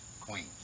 queen